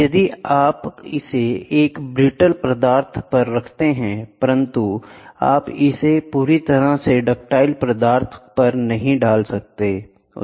यदि आप इसे एक ब्रिटल पदार्थ पर रखते हैं परंतु आप इसे पूरी तरह से डक्टाइल पदार्थ पर नहीं डाल सकते हैं